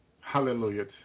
Hallelujah